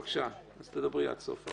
בבקשה, אז תדברי סופה.